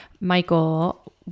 Michael